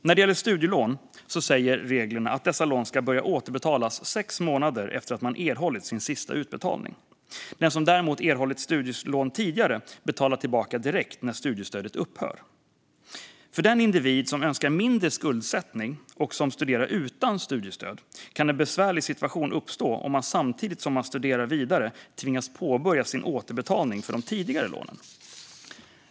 När det gäller studielån säger reglerna att dessa lån ska börja återbetalas sex månader efter att man erhållit sin sista utbetalning. Den som däremot erhållit studielån tidigare betalar tillbaka direkt när studiestödet upphör. För den individ som önskar mindre skuldsättning och som studerar utan studiestöd kan en besvärlig situation uppstå om man samtidigt som man studerar vidare tvingas påbörja sin återbetalning för de tidigare lånen.